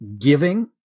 giving